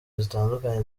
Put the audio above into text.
zitandukanye